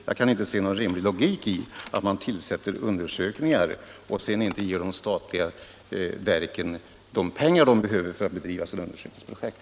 Jag kan inte se någon logik i att man beslutar om undersökningar och sedan inte ger de statliga verken de pengar de behöver för att genomföra sina undersökningsprojekt.